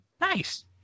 Nice